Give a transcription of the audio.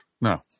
No